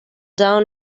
down